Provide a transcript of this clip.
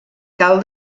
cal